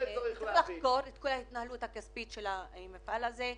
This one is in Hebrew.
צריך לחקור את כל ההתנהלות הכספית של המפעל הזה.